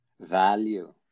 value